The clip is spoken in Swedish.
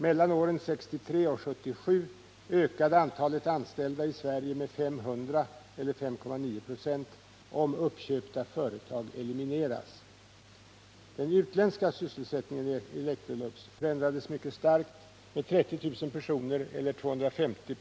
Mellan åren 1963 och 1977 ökade antalet anställda i Sverige med 500 eller 5,9 96, om uppköpta företag elimineras. Den utländska sysselsättningen i Electrolux förändrades mycket starkt med 30 000 personer eller 250 96.